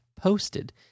posted